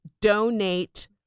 donate